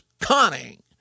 conning